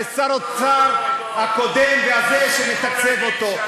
ושר האוצר הקודם, לא, לא, לא.